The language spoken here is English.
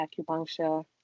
acupuncture